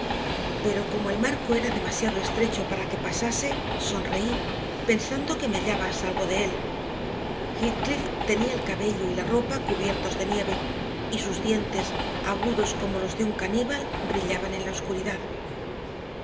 pero como el marco era demasiado estrecho para que pasase sonreí pensando que me hallaba a salvo de él heathcliff tenía el cabello y la ropa cubiertos de nieve y sus dientes agudos como los de un caníbal brillaban en la oscuridad